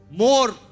more